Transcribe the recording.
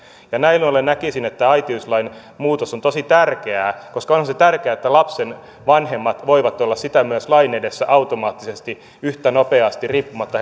näin ollen näkisin että äitiyslain muutos on tosi tärkeää koska onhan se tärkeää että lapsen vanhemmat voivat olla sitä myös lain edessä automaattisesti yhtä nopeasti riippumatta